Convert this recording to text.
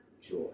joy